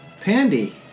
Pandy